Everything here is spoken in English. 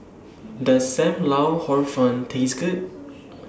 Does SAM Lau Hor Fun Taste Good